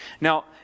Now